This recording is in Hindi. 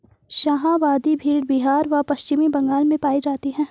शाहाबादी भेड़ बिहार व पश्चिम बंगाल में पाई जाती हैं